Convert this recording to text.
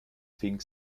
fink